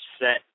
set